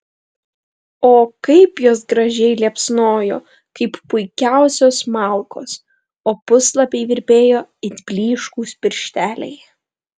o kaip jos gražiai liepsnojo kaip puikiausios malkos o puslapiai virpėjo it blyškūs piršteliai